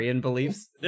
beliefs